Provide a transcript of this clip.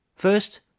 First